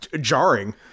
jarring